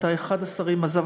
אחד השרים עזב,